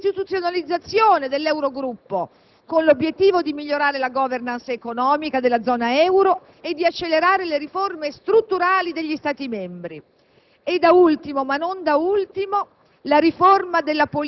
le priorità della Strategia di Lisbona; l'istituzionalizzazione dell'Eurogruppo, con l'obiettivo di migliorare la *governance* economica della zona Euro e di accelerare le riforme strutturali degli Stati membri;